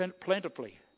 plentifully